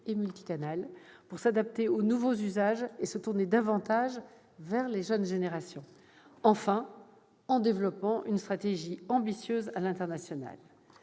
et multicanal pour s'adapter aux nouveaux usages et se tourner davantage vers les jeunes générations. Troisièmement, enfin, il doit développer une stratégie ambitieuse à l'international.